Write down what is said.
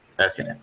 Okay